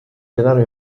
denaro